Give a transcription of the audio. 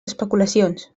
especulacions